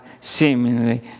seemingly